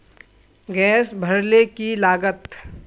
Gas भरले की लागत?